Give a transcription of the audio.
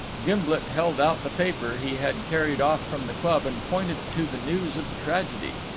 gimblet held out the paper he had carried off from the club and pointed to the news of the tragedy.